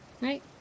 right